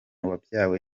wabyawe